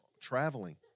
traveling